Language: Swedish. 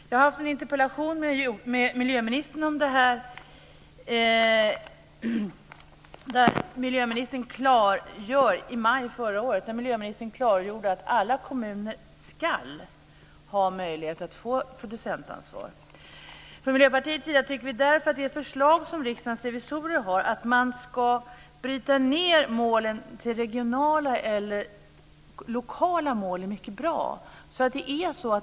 Jag hade en interpellationsdebatt med miljöministern om detta i maj förra året där miljöministern klargjorde att alla kommuner skall ha möjlighet att få producentansvar. Från Miljöpartiets sida tycker vi därför att det förslag som Riksdagens revisorer har att man ska bryta ned målen till regionala eller lokala mål är mycket bra.